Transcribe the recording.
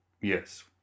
Yes